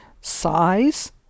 size